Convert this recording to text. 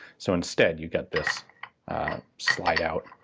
so instead you get this slide-out,